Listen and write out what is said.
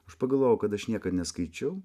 aš pagalvojau kad aš niekad neskaičiau